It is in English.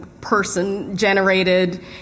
person-generated